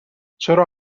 چرا